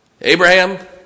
Abraham